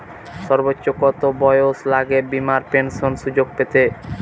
সর্বোচ্চ কত বয়স লাগে বীমার পেনশন সুযোগ পেতে?